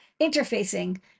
interfacing